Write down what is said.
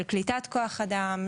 של קליטת כוח-אדם,